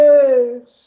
Yes